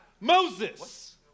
Moses